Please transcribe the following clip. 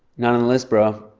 not on the list, bro.